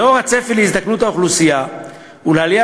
לנוכח הצפי להזדקנות האוכלוסייה ולעלייה